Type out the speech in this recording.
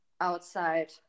outside